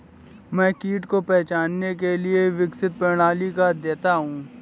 मैं कीट को पहचानने के लिए विकसित प्रणाली का अध्येता हूँ